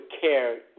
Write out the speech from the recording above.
care